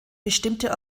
bestimmte